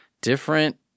different